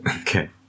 Okay